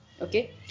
Okay